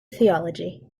theology